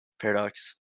Paradox